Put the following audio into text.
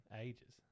Ages